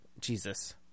Jesus